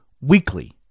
weekly